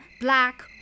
black